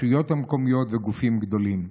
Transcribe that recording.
הרשויות המקומיות וגופים גדולים.